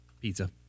Pizza